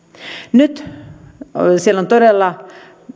siellä on todella